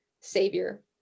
savior